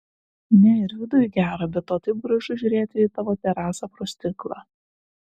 ne ir viduj gera be to taip gražu žiūrėti į tavo terasą pro stiklą